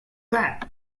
that